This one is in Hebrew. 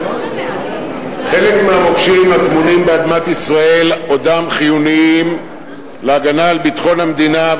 חלק מהמוקשים הטמונים באדמת ישראל עודם חיוניים להגנה על ביטחון המדינה,